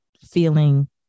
feeling